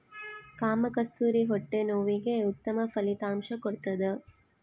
ಕಾಮಕಸ್ತೂರಿ ಹೊಟ್ಟೆ ನೋವಿಗೆ ಉತ್ತಮ ಫಲಿತಾಂಶ ಕೊಡ್ತಾದ